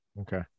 Okay